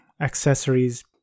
accessories